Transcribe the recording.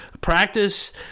practice